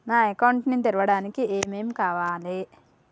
నా అకౌంట్ ని తెరవడానికి ఏం ఏం కావాలే?